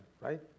right